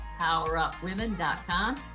powerupwomen.com